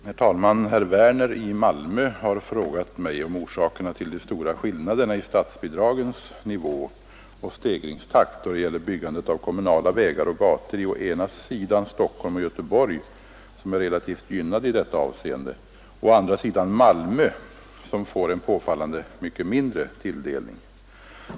Herr talman! Herr Werner i Malmö har frågat mig om orsakerna till de stora skillnaderna i statsbidragens nivå och stegringstakt då det gäller byggandet av kommunala vägar och gator i å ena sidan Stockholm och Göteborg — som är relativt gynnade i detta avseende — och å andra sidan Malmö, som får en påfallande mycket mindre tilldelning.